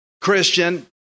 Christian